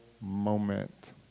moment